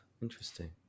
Interesting